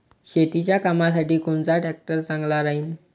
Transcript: शेतीच्या कामासाठी कोनचा ट्रॅक्टर चांगला राहीन?